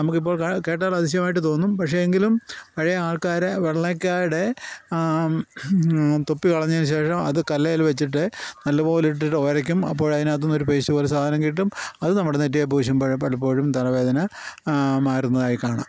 നമുക്കിപ്പോൾ കേട്ടാൽ അതിശയമായിട്ട് തോന്നും പക്ഷേ എങ്കിലും പഴയ ആൾക്കാർ വെള്ളക്കായ്ടെ തൊപ്പി കളഞ്ഞതിനു ശേഷം അത് കല്ലേൽ വെച്ചിട്ട് നല്ലപോലെ ഇട്ടിട്ട് ഒരക്കും അപ്പോൾ അതിനകത്ത്ന്ന് ഒരു പേസ്റ്റ് പോലെ സാധനം കിട്ടും അത് നമ്മുടെ നെറ്റിയിൽ പൂശുമ്പോൾ പലപ്പോഴും തലവേദന മാറുന്നതായി കാണാം